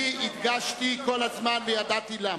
אני הדגשתי כל הזמן וידעתי למה.